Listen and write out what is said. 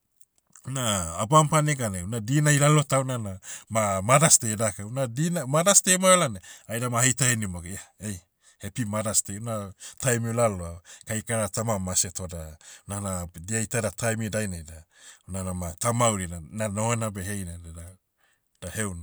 na, ah bampa neganai una dina ilalotauna na, ma, mothers day daka. Una dina, mothers day emaiva laonai, aida ma aheita henim ago ia, ei, happy mothers day una, taimi olaloa. Kaikara tama mase toda, nana, dia iteda taemi dainai da, una nama tamauri da, na nohona beh heina dada, da heunu.